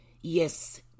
Yes